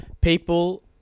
People